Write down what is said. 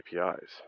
APIs